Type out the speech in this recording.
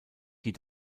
die